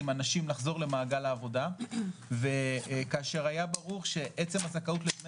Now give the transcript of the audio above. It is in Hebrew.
אנשים לחזור למעגל העבודה וכאשר היה ברור שעצם הזכאות לדמי